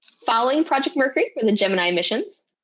following project mercury were the gemini missions,